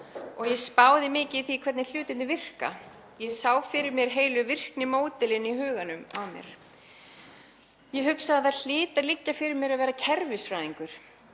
og ég spáði mikið í það hvernig hlutirnir virkuðu. Ég sá fyrir mér heilu virknimódelin í huganum á mér og hugsaði að það hlyti að liggja fyrir mér að verða kerfisfræðingur.